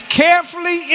carefully